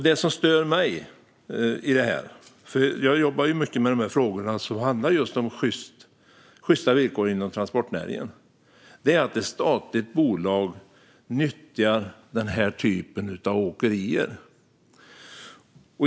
Det som stör mig i detta - jag jobbar ju mycket med frågor om sjysta villkor inom transportnäringen - är att ett statligt bolag nyttjar den här typen av åkerier.